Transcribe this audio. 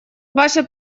ваше